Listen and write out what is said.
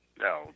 No